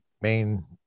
main